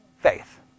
Faith